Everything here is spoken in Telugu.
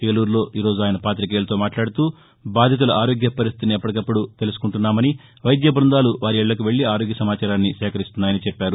ఏలూరులో ఈరోజు ఆయన పాతికేయులతో మాట్లాదుతూ బాధితుల ఆరోగ్య పరిస్టితిని ఎప్పటికప్పుడు తెలుసుకుంటున్నామని వైద్య బ్బందాలు వారి ఇళ్లకు వెళ్ళి ఆరోగ్య సమాచారాన్ని సేకరిస్తున్నాయని చెప్పారు